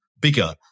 bigger